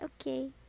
okay